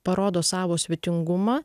parodo savo svetingumą